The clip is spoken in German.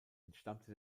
entstammte